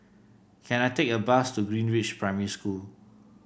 can I take a bus to Greenridge Primary School